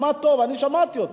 תשמע טוב, אני שמעתי אותו,